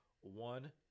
One